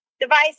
device